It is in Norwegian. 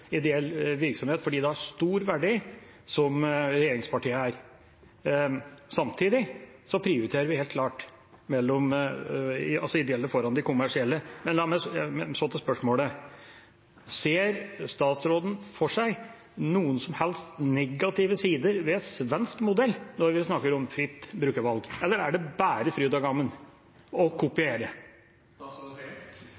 ideell virksomhet som regjeringspartiene er, fordi det har stor verdi. Samtidig prioriterer vi helt klart de ideelle foran de kommersielle. Så til spørsmålet: Ser statsråden for seg noen som helst negative sider ved svensk modell når vi snakker om fritt brukervalg, eller er det bare fryd og gammen og å